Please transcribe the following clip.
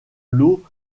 lau